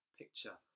picture